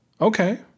Okay